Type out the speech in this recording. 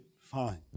fine